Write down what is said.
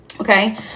Okay